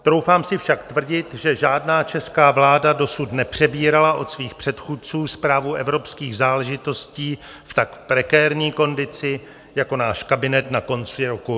Troufám si však tvrdit, že žádná česká vláda dosud nepřebírala od svých předchůdců správu evropských záležitostí v tak prekérní kondici jako náš kabinet na konci roku 2021.